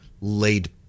laid